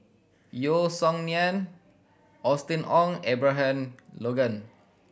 Yeo Song Nian Austen Ong Abraham Logan